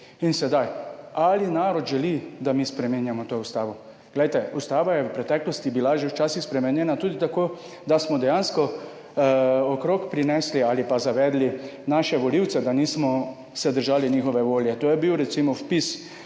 interesu.« Ali narod želi, da mi spreminjamo ustavo? Ustava je bila v preteklosti že včasih spremenjena tudi tako, da smo dejansko okrog prinesli ali pa zavedli naše volivce, da se nismo držali njihove volje. To je bil recimo vpis